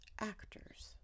Actors